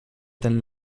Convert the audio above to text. ten